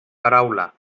paraula